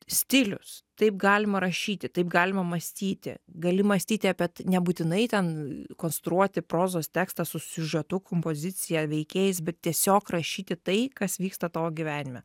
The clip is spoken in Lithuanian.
stilius taip galima rašyti taip galima mąstyti gali mąstyti apie nebūtinai ten konstruoti prozos tekstą su siužetu kompozicija veikėjais bet tiesiog rašyti tai kas vyksta tavo gyvenime